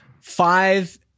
five